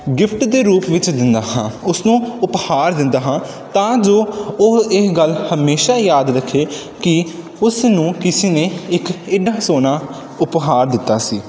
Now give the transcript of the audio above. gift ਦੇ ਰੂਪ ਵਿੱਚ ਦਿੰਦਾ ਹਾਂ ਉਸਨੂੰ ਉਪਹਾਰ ਦਿੰਦਾ ਹਾਂ ਤਾਂ ਜੋ ਉਹ ਇਹ ਗੱਲ ਹਮੇਸ਼ਾਂ ਯਾਦ ਰੱਖੇ ਕਿ ਉਸ ਨੂੰ ਕਿਸੇ ਨੇ ਇੱਕ ਇੰਨਾਂ ਸੋਹਣਾ ਉਪਹਾਰ ਦਿੱਤਾ ਸੀ